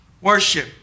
worship